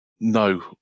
No